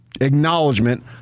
Acknowledgement